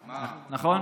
נכון?